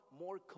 more